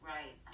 Right